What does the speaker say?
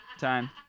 Time